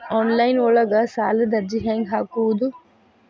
Online ಒಳಗ ಸಾಲದ ಅರ್ಜಿ ಹೆಂಗ್ ಹಾಕುವುದು?